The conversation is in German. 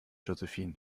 josephine